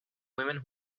women